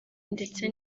ndetse